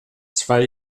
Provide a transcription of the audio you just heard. zwei